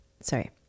Sorry